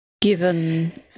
Given